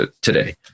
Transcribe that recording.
today